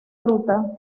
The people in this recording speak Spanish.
ruta